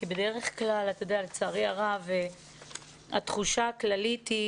כי בדרך כלל לצערי הרב התחושה הכללית היא